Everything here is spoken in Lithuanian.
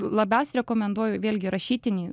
labiausiai rekomenduoju vėlgi rašytinį